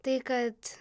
tai kad